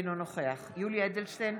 אינו נוכח יולי יואל אדלשטיין,